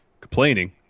complaining